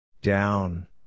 Down